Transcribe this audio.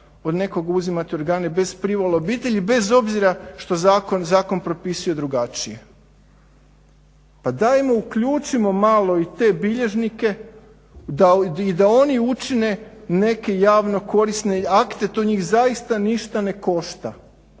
od nekog uzimati organe bez privole obitelji, bez obzira što zakon propisuje drugačije. Pa daj mu uključimo malo i te bilježnike i da oni učine neke javno korisne akte, to njih zaista ništa ne košta.